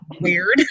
weird